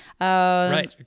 Right